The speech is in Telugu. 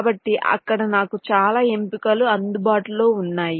కాబట్టి అక్కడ నాకు చాలా ఎంపికలు అందుబాటులో ఉన్నాయి